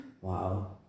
Wow